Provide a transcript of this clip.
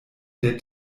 der